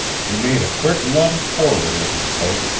he made a quick lunge forward as he spoke,